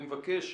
אני מבקש,